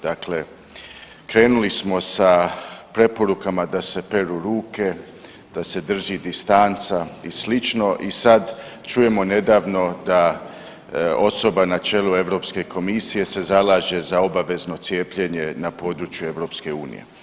Dakle, krenuli smo sa preporukama da se peru ruke, da se drži distanca i slično i sad čujemo nedavno da osoba na čelu Europske komisije se zalaže za obavezno cijepljenje na području EU.